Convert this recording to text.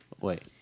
Wait